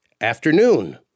afternoon